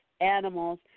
animals